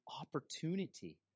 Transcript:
opportunity